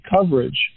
coverage